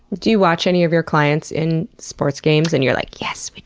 do you watch any of your clients in sports games and you're like, yes. we